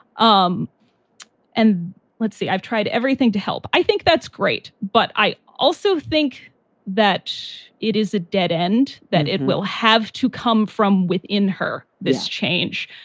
um and let's say i've tried everything to help. i think that's great. but i also think that it is a dead end, that it will have to come from within her. this change,